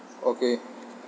okay